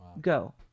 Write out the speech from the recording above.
go